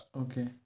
Okay